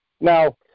Now